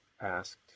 asked